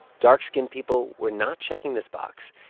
dark-skinned people were not checking this box.